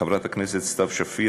חברת הכנסת סתיו שפיר,